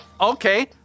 Okay